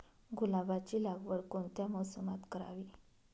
गुलाबाची लागवड कोणत्या मोसमात करावी?